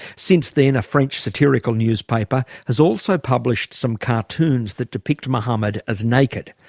since then a french satirical newspaper has also published some cartoons that depict muhammad as naked.